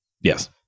Yes